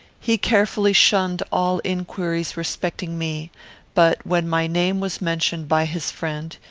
he carefully shunned all inquiries respecting me but, when my name was mentioned by his friend,